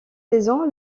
saison